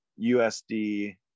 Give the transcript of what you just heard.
USD